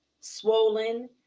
swollen